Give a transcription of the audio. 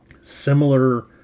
similar